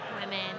Women